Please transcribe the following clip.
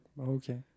Okay